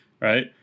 right